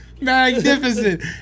Magnificent